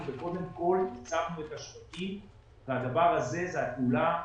וקודם כל ייצבנו את השווקים והדבר הזה הוא פעולה